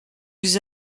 vous